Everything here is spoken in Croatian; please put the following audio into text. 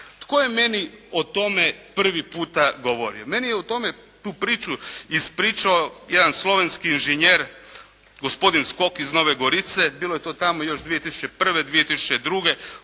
Tko je meni o tome prvi puta govorio? Meni je o tome tu priču ispričao jedan slovenski injženjer gospodin Skok iz Nove Gorice. Bilo je to tamo još 2001., 2002.